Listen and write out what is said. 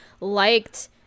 liked